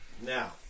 Now